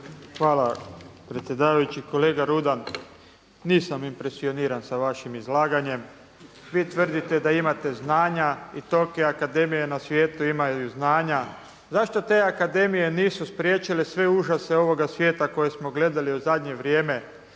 Hvala predsjedavajući. Kolega Rudan, nisam impresioniran sa vašim izlaganjem. Vi tvrdite da imate znanja i tolike akademije na svijetu imaju znanja zašto te akademije nisu spriječile sve užase ovoga svijeta koje smo gledali u zadnje vrijeme,